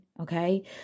okay